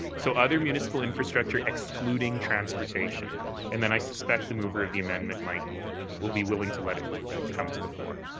so other municipal infrastructure excluding transportation. yes. and then i suspect the mover of the amendment might will be willing to let it come to the floor.